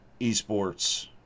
esports